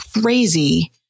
crazy